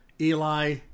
Eli